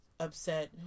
upset